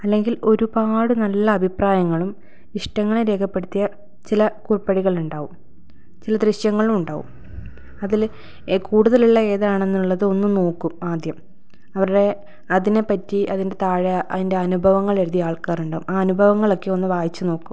അല്ലെങ്കിൽ ഒരുപാട് നല്ല അഭിപ്രായങ്ങളും ഇഷ്ടങ്ങളും രേഖപ്പെടുത്തിയ ചില കുറിപ്പടികളുണ്ടാവും ചില ദൃശ്യങ്ങളും ഉണ്ടാവും അതിൽ കൂടുതലുള്ളത് ഏതാണെന്നുള്ളത് ഒന്ന് നോക്കും ആദ്യം അവരുടെ അതിനെപ്പറ്റി അതിൻ്റെ താഴെ അതിൻ്റെ അനുഭവങ്ങൾ എഴുതിയ ആൾക്കാരുണ്ടാവും ആ അനുഭവങ്ങളൊക്കെ ഒന്ന് വായിച്ചു നോക്കും